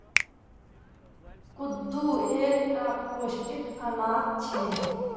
कुट्टू एक टा पौष्टिक अनाज छे